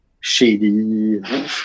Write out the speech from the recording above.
shady